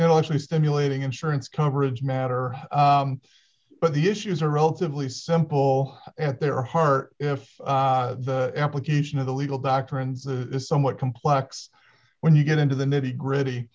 intellectually stimulating insurance coverage matter but the issues are relatively simple at their heart if application of the legal doctrines a somewhat complex when you get into the nitty gritty